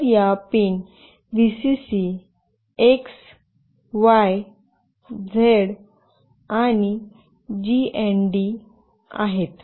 तर या pin VCC X Y Z आणि जीएनडी आहेत